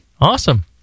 awesome